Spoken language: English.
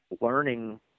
learning